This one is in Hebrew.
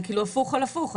זה כאילו הפוך על הפוך.